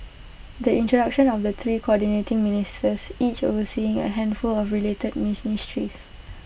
the introduction of the three Coordinating Ministers each overseeing A handful of related ministries